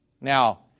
Now